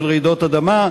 של רעידות אדמה,